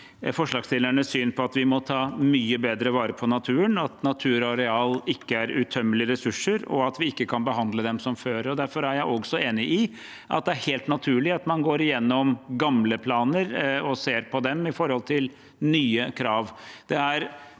forslagsstillernes syn på at vi må ta mye bedre vare på naturen, at natur og areal ikke er utømmelige ressurser, og at vi ikke kan behandle dem som før. Derfor er jeg også enig i at det er helt naturlig at man går gjennom gamle planer og ser på dem i forhold til nye krav.